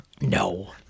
No